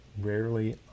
rarely